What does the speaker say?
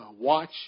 watch